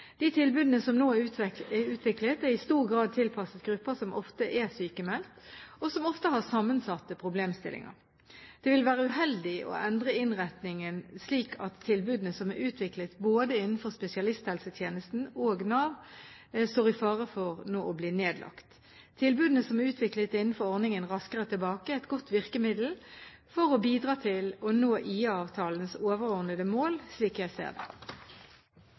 De tilbudene som nå er utviklet, er i stor grad tilpasset grupper som ofte er sykmeldte, og som ofte har sammensatte problemstillinger. Det vil være uheldig å endre innretningen slik at tilbudene som er utviklet både innenfor spesialisthelsetjenesten og Nav, står i fare for å bli nedlagt. Tilbudene som er utviklet innenfor ordningen Raskere tilbake, er et godt virkemiddel for å bidra til å nå IA-avtalens overordnede mål, slik jeg ser det.